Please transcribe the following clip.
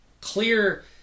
clear